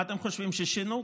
מה אתם חושבים, ששינו?